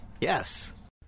Yes